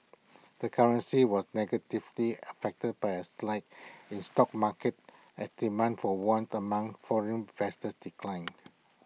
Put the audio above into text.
the currency was negatively affected by A slide in stock markets as demand for once among foreign investors declined